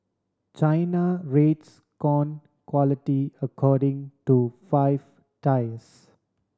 China rates corn quality according to five tiers